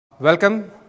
Welcome